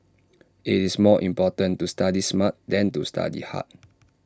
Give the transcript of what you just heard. IT is more important to study smart than to study hard